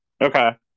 okay